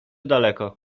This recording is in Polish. daleko